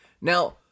Now